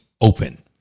open